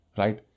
right